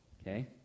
okay